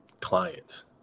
clients